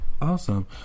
Awesome